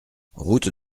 route